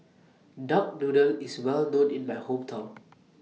Duck Noodle IS Well known in My Hometown